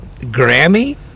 Grammy